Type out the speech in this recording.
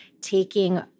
taking